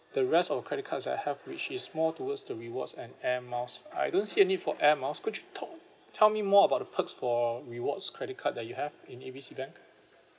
the rest of the credit cards I have which is more towards the rewards and Air Miles I don't see any for Air Miles could you talk tell me more about the perks for rewards credit card that you have in A B C bank